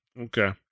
Okay